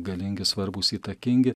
galingi svarbūs įtakingi